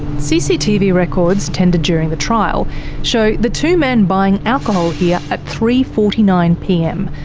cctv records tendered during the trial show the two men buying alcohol here at three. forty nine pm,